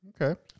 Okay